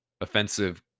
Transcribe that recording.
offensive